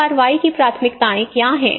तो कार्रवाई की प्राथमिकताएं क्या हैं